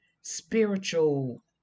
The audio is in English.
spiritual